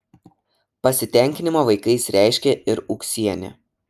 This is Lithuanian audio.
pasitenkinimą vaikais reiškė ir ūksienė